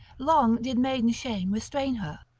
long did maiden shame restrain her.